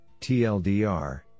TLDR